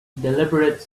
deliberate